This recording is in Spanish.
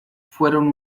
fueron